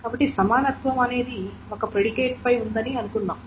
కాబట్టి సమానత్వం అనేది ఒక ప్రిడికేట్ పై ఉందని అనుకుందాం